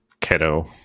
Keto